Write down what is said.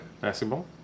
Basketball